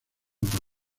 por